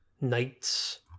knights